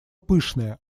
пышная